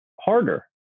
harder